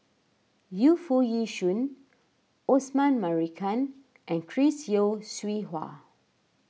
Yu Foo Yee Shoon Osman Merican and Chris Yeo Siew Hua